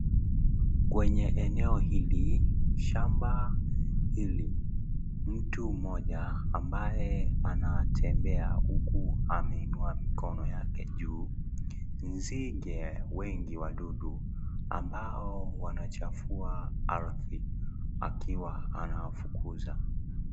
Kwenye eneo hili shamba hili, mtu mmoja ambaye anatembea huku ameinua mikono yake juu . Nzige wengi wadudu ambao wanachafua ardhi akiwa anawafukuza.